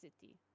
city